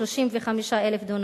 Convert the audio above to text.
35,000 דונם.